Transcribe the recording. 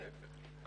כן.